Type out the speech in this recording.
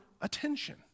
attention